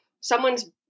someone's